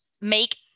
make